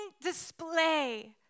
display